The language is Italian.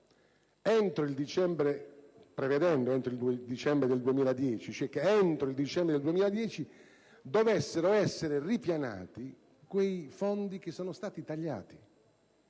entro il dicembre 2010 dovessero essere ripianati quei fondi che sono stati tagliati.